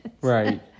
Right